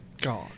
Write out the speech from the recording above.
God